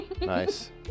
Nice